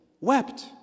wept